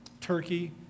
Turkey